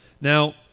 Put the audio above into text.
Now